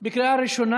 בקריאה ראשונה.